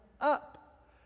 up